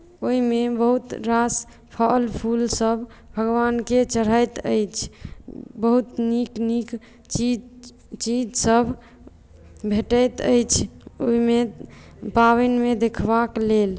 ओहिमे बहुत रास फल फूलसभ भगवानकेँ चढ़ैत अछि बहुत नीक नीक चीज चीजसभ भेटैत अछि ओहिमे पाबनिमे देखबाक लेल